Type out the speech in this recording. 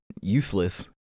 useless